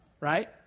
right